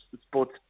sports